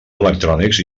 electrònics